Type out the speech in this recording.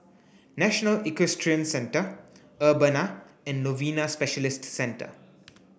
National Equestrian Centre Urbana and Novena Specialist Centre